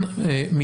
הזמן,